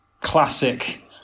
classic